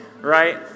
right